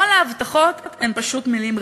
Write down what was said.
כל ההבטחות הן פשוט מילים ריקות.